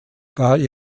war